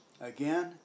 Again